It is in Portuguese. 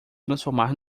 transformar